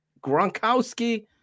Gronkowski